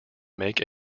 make